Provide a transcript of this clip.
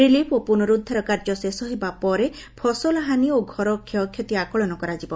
relief ଓ ପୁନରୁଦ୍ଧାର କାର୍ଯ୍ୟ ଶେଷ ହେବା ପରେ ଫସଲ ହାନି ଓ ଘର କ୍ଷୟକ୍ଷତି ଆକଳନ କରାଯିବ